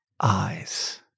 eyes